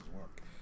work